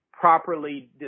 properly